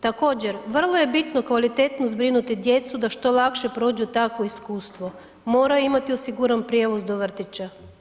Također, vrlo je bitno kvalitetno zbrinuti djecu da što lakše prođu takvo iskustvo, moraju imati osiguran prijevoz do vrtića.